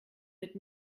mit